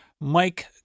mike